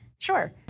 Sure